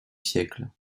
siècle